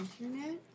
internet